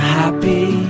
happy